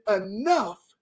enough